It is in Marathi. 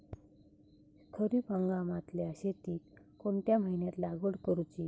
खरीप हंगामातल्या शेतीक कोणत्या महिन्यात लागवड करूची?